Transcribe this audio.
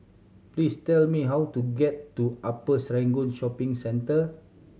please tell me how to get to Upper Serangoon Shopping Centre